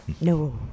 no